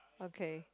okay